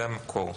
זה המקור.